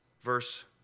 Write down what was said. verse